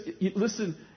listen